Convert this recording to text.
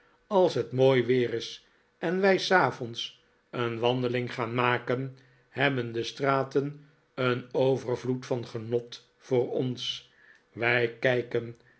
als het mooi weer is en wij s avonds een wandeling gaan maken hebben de straten een overvloed van genot voor ons wij kijken